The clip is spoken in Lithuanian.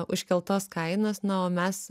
užkeltos kainos na o mes